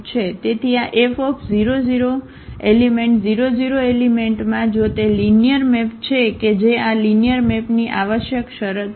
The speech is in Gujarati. તેથી આ F00 એલિમેન્ટ 00 એલિમેન્ટમાં જો તે લિનિયર મેપ છે કે જે આ લિનિયર મેપની આવશ્યક શરત છે